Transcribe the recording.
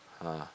ah